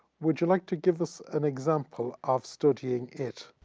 would you like to give us an example of studying it?